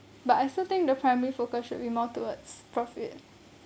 but I still think the primary focus should be more towards profit